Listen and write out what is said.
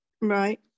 right